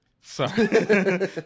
Sorry